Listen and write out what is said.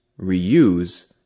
reuse